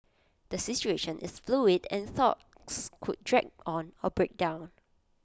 the situation is fluid and talks could drag on or break down